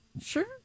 Sure